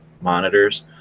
monitors